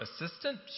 assistant